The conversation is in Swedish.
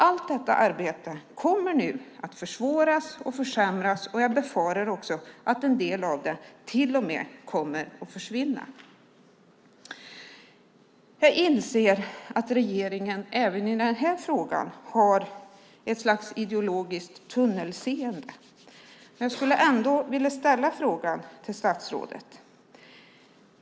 Allt detta arbete kommer nu att försvåras och försämras. Jag befarar också att en del av det till och med kommer att försvinna. Jag inser att regeringen även i den här frågan har ett slags ideologiskt tunnelseende. Jag vill ändå ställa en fråga till statsrådet.